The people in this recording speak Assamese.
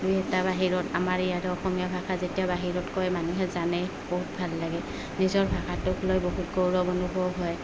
দুই এটা বাহিৰত আমাৰ ইয়াত অসমীয়া ভাষা যেতিয়া বাহিৰত কয় মানুহে জানে বহুত ভাল লাগে নিজৰ ভাষাটোক লৈ বহুত গৌৰৱ অনুভৱ হয়